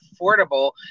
affordable